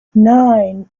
nine